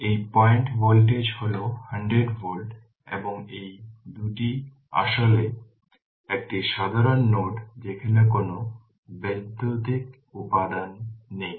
সুতরাং এই point voltage হল 100 ভোল্ট এবং এই 2 এটি আসলে একটি সাধারণ নোড যেখানে কোন বৈদ্যুতিক উপাদান নেই